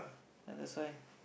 ya that's why